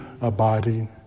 abiding